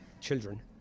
children